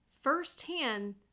firsthand